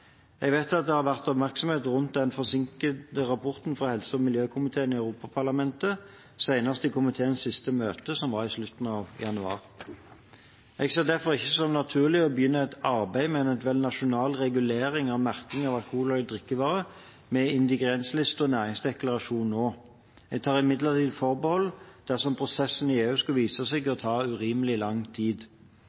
Jeg vet at det har vært oppmerksomhet rundt den forsinkede rapporten fra helse- og miljøkomiteen i Europaparlamentet, senest i komiteens siste møte, som var i slutten av januar. Jeg ser det derfor ikke som naturlig å begynne et arbeid med en eventuell nasjonal regulering av merking av alkoholholdige drikkevarer med ingrediensliste og næringsdeklarasjon nå. Jeg tar imidlertid forbehold dersom prosessen i EU skulle vise seg å ta urimelig lang tid.